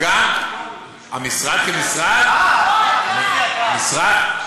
אבל גם המשרד כמשרד, אה, חשבתי שאתה.